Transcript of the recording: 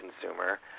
consumer